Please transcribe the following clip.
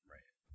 Right